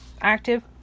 active